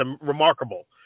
remarkable